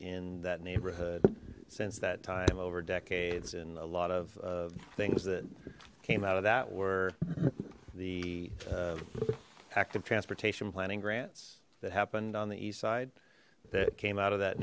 in that neighborhood since that time over decades and a lot of things that came out of that were the active transportation planning grants that happened on the east side that came out of that